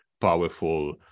powerful